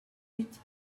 huit